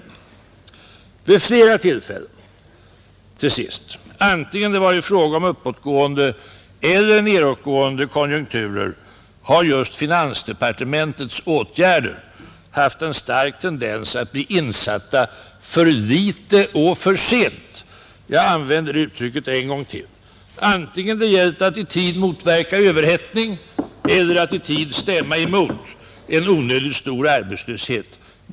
Slutligen har finansministerns åtgärder vid flera tillfällen, antingen det har varit fråga om uppåtgående eller nedåtgående konjunkturer, haft en stark tendens att bli insatta för litet och för sent. Jag använder uttrycket även denna gång och det gäller antingen det varit fråga om att i tid motverka överhettning eller att i tid stämma emot en onödigt stor arbetslöshet.